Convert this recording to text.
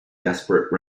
desperate